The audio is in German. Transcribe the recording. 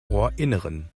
ohrinneren